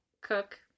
cook